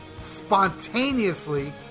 spontaneously